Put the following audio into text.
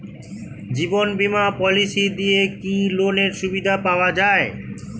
জীবন বীমা পলিসি দিয়ে কি লোনের সুবিধা পাওয়া যায়?